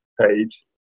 page